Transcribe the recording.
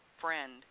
friend